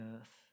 earth